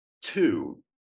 Two